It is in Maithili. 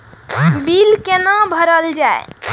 बील कैना भरल जाय?